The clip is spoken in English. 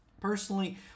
Personally